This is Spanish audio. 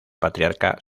patriarca